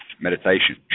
meditation